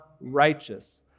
righteous